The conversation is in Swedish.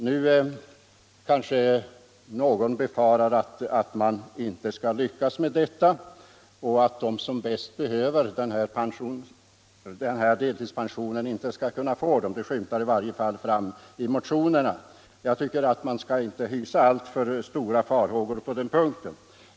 Nu kanske någon befarar att man inte skall lyckas med detta och att de som bäst behöver denna delpension inte ens skall kunna, få den. Det skymtar i varje fall fram i motionerna. Jag tycker att man inte skall hysa alltför stora farhågor på den punkten.